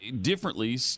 differently